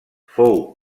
fou